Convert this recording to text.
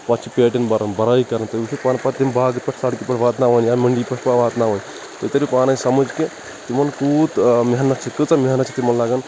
پَتہٕ چھِ پیٹِؠن بران برٲے کران تُہۍ وُچھو پَتہٕ تمہِ باغہٕ پؠٹھ سڑکی پٮ۪تھ واتناوٕنۍ یا منڈِی پؠٹھ پیٚوان واتناوٕنۍ تۄہہِ تَروٕ پانَے سمٕج کہِ یِمَن کُوٗت محنت چھِ کۭژہ محنت چھِ تِمَن لگان